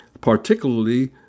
particularly